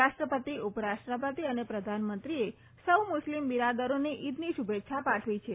રાષ્ટ્રપતિ ઉપરાષ્ટ્રપતિ અને પ્રધાનમંત્રીએ સૌ મુસ્લીમ બિરાદરોને ઈદની શુભેચ્છાઓ પાઠવી છે